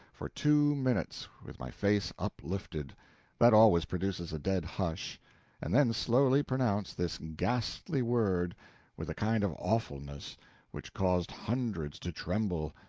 for two minutes, with my face uplifted that always produces a dead hush and then slowly pronounced this ghastly word with a kind of awfulness which caused hundreds to tremble,